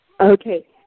Okay